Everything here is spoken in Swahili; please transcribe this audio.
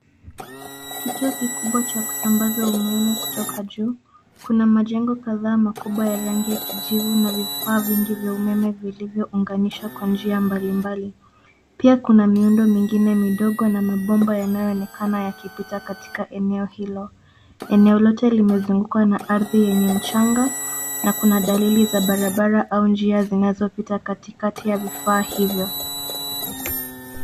Kituo kikubwa cha kusambaza umeme kutoka juu. Kuna majengo kadhaa makubwa ya rangi ya kijivu na vifaa vingi vya umeme vilivyounganishwa kwa njia mbalimbali. Pia kuna miundo mingine midogo na mabomba yanayoonekana yakipita katika eneo hilo. Eneo lote limezungukwa na ardhi yenye mchanga na kuna dalili za barabara au njia zinazopita katikati ya vifaa hivi.